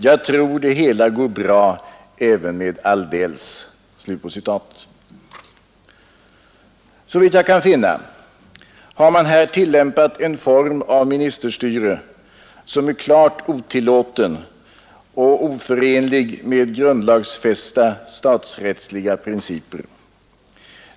Jag tror det hela går bra även med Aldells.” Såvitt jag kan finna har man här tillämpat en form av ministerstyre, som är klart otillåten och oförenlig med grundlagsfästa statsrättsliga principer.